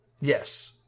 Yes